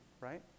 right